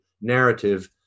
narrative